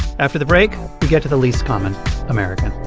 after the break, we get to the least common american